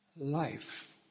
life